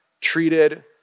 treated